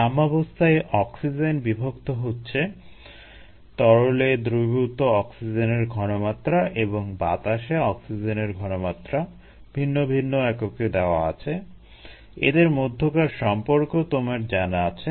সাম্যাবস্থায় oxygen বিভক্ত হচ্ছে - তরলে দ্রবীভূত অক্সিজেনের ঘনমাত্রা এবং বাতাসে অক্সিজেনের ঘনমাত্রা ভিন্ন ভিন্ন এককে দেওয়া আছে - এদের মধ্যকার সম্পর্ক তোমার জানা আছে